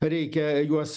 reikia juos